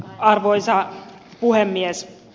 arvoisa puhemies